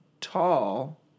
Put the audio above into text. tall